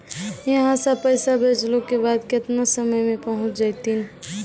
यहां सा पैसा भेजलो के बाद केतना समय मे पहुंच जैतीन?